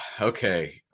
Okay